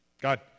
God